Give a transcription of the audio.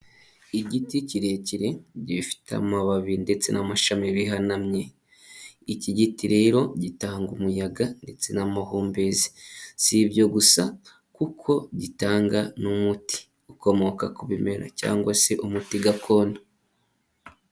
Igiti kirekire, gifite amababi ndetse n'amashami bihanamye. Iki giti rero gitanga umuyaga ndetse n'amahumbezi, si ibyo gusa kuko gitanga n'umuti ukomoka ku bimera cyangwa se umuti gakondo.